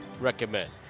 recommend